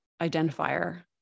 identifier